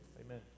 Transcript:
Amen